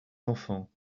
enfants